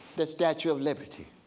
that statue of liberty.